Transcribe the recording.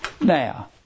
now